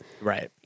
Right